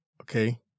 okay